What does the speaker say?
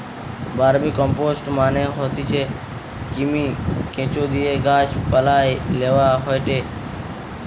vermicompost মানে হতিছে কৃমি, কেঁচোদিয়ে গাছ পালায় লেওয়া হয়টে